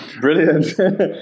Brilliant